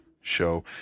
show